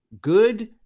good